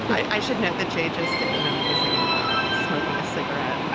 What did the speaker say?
i should note that j just did an amazing um smoking a cigarette. and